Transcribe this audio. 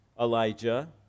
Elijah